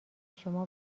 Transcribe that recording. شما